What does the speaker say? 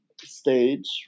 stage